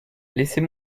laissez